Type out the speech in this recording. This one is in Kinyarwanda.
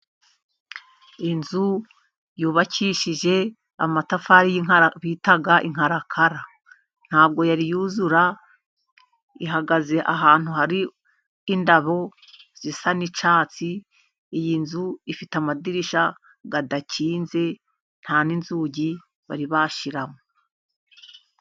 Inzu yubakishije amatafari bita inkarakara, ntabwo yari yuzura. Ihagaze ahantu hari indabo zisa n’icyatsi. Iyi nzu ifite amadirishya adakinze, nta n’inzugi bari bashyiramo.